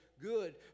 good